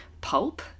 Pulp